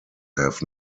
have